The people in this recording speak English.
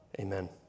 Amen